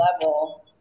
level